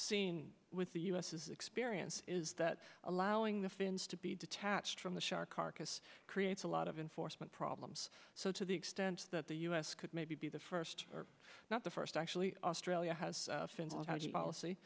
seen with the u s is experience is that allowing the fins to be detached from the shark carcass creates a lot of inforce many problems so to the extent that the u s could maybe be the first or not the first actually australia has since all how do you policy